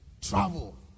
travel